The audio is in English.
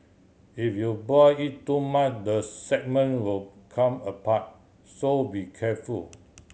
if you boil it too much the segment will come apart so be careful